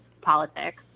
politics